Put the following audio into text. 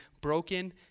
broken